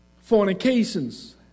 fornications